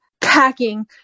packing